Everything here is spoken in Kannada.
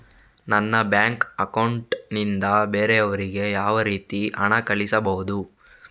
ನನ್ನ ಬ್ಯಾಂಕ್ ಅಕೌಂಟ್ ನಿಂದ ಬೇರೆಯವರಿಗೆ ಯಾವ ರೀತಿ ಹಣ ಕಳಿಸಬಹುದು?